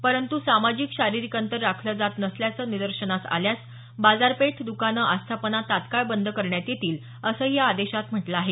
परंतु सामाजिक शारिरीक अंतर राखले जात नसल्याचे निदर्शनास आल्यास बाजारपेठ दुकान आस्थापना तात्काळ बंद करण्यात येतील असंही या आदेशात म्हटलं आहे